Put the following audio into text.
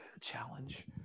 challenge